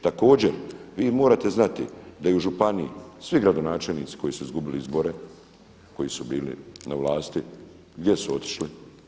Također, vi morate znati da i u županiji svi gradonačelnici koji su izgubili izbore, koji su bili na vlasti gdje su otišli.